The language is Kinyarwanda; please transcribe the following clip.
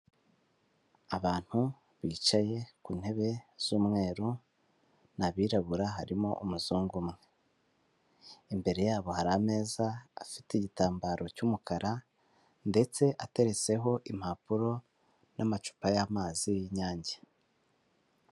Abantu bicaye ku ntebe z'umweru ni abirabura harimo umuzungu umwe, imbere yabo hari ameza afite igitambaro cy'umukara ndetse ateretseho impapuro n'amacupa y'amazi y'Inyange.